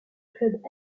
club